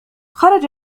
خرج